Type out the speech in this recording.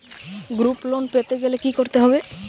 Group loan পেতে গেলে কি করতে হবে?